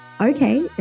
Okay